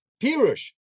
Pirush